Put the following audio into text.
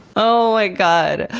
oh my god.